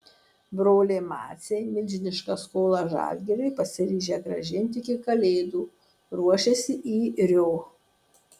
broliai maciai milžinišką skolą žalgiriui pasiryžę grąžinti iki kalėdų ruošiasi į rio